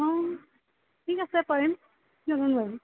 অঁ ঠিক আছে পাৰিম